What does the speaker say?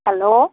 hello